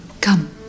Come